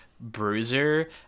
bruiser